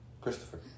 Christopher